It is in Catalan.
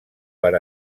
per